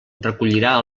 recollirà